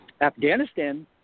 Afghanistan